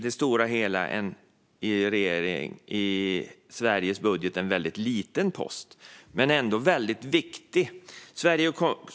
Det är en väldigt liten post i Sveriges budget, men ändå viktig.